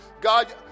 God